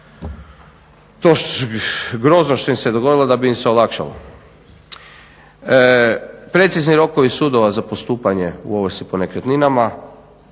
se to grozno što im se dogodilo da bi im se olakšalo. Precizni rokovi sudova za postupanje u ovrsi po nekretninama,